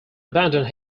abandoned